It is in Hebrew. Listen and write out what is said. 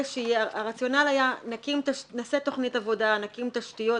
הרציונל היה, נעשה תכנית עבודה, נקים תשתיות,